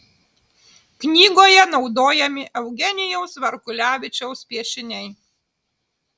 knygoje naudojami eugenijaus varkulevičiaus piešiniai